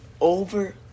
over